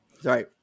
sorry